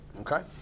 okay